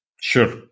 Sure